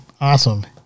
awesome